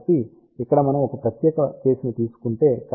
కాబట్టి ఇక్కడ మనం ఒక ప్రత్యేక కేస్ ని తీసుకుంటే